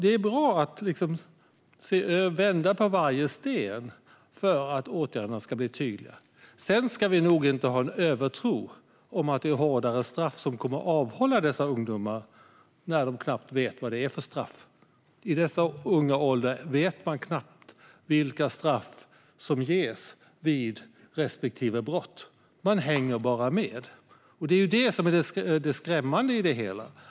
Det är bra att vända på varje sten för att åtgärderna ska bli tydliga. Sedan ska vi nog inte ha en övertro på att hårdare straff ska avhålla dessa ungdomar från brott. I dessa unga åldrar vet man knappt vilka straff som ges vid respektive brott; man hänger bara med. Det är också detta som är det skrämmande i det hela.